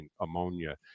ammonia